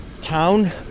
town